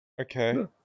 Okay